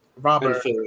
Robert